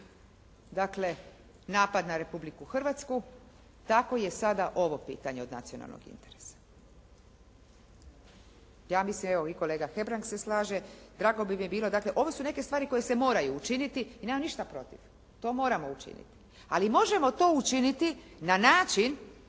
dakle napad na Republiku Hrvatsku, tako je sada ovo pitanje od nacionalnog interesa. Ja mislim, evo i kolega Hebrang se slaže, drago mi bi bilo. Dakle, ovo su neke stvari koje se moraju učiniti i nemam ništa protiv. To moramo učiniti, ali to možemo učiniti na način